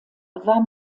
war